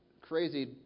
crazy